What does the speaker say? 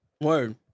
Word